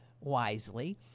wisely